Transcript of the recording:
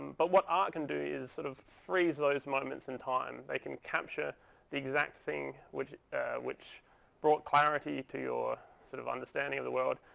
but what art can do is sort of freeze those moments in time. they can capture the exact thing which which brought clarity to your sort of understanding of the world,